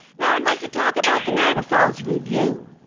now i'd like to talk about the niagara falls review.